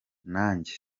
nanjye